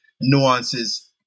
nuances